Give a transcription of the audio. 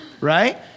Right